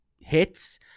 hits